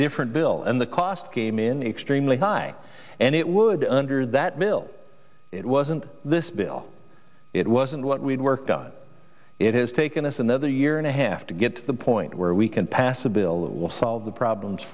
different bill and the cost came in extremely high and it would under that bill it wasn't this bill it wasn't what we had worked on it has taken us another year and a half to get to the point where we can pass a bill that will solve the problems